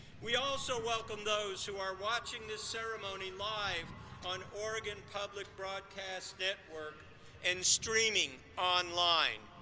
we also welcome those who are watching this ceremony live on oregon public broadcast network and streaming online.